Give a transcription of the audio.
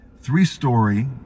three-story